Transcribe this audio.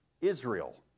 Israel